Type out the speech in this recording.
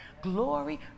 Glory